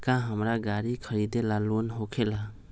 का हमरा गारी खरीदेला लोन होकेला?